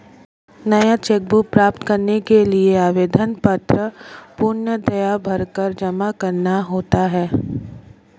नया cheque book प्राप्त करने के लिए आवेदन पत्र पूर्णतया भरकर जमा करना होता है